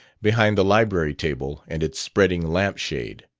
behind the library-table and its spreading lamp-shade.